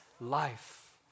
life